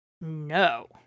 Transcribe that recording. No